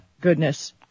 goodness